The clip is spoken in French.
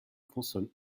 consonne